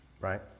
right